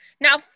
Now